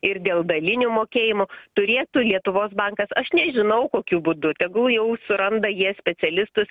ir dėl dalinių mokėjimų turėtų lietuvos bankas aš nežinau kokiu būdu tegul jau suranda jie specialistus